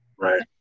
Right